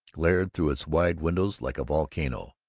glared through its wide windows like a volcano.